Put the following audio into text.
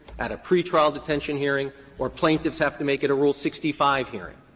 at a pretrial detention hearing or plaintiffs have to make at a rule sixty five hearing.